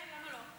כן, למה לא?